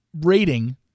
rating